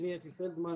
שמי אפי פלדמן,